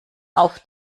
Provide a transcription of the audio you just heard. auf